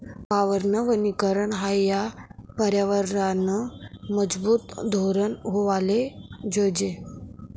वावरनं वनीकरन हायी या परयावरनंनं मजबूत धोरन व्हवाले जोयजे